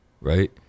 right